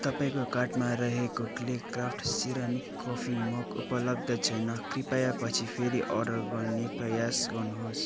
तपाईँको कार्टमा रहेको क्ले क्राफ्ट सिरामिकको कफी मग उपलब्ध छैन कृपया पछि फेरि अर्डर गर्ने प्रयास गर्नुहोस्